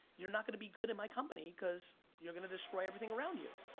you're not gonna be good at my company cause you're gonna destroy everything around you.